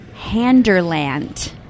Handerland